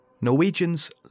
Norwegians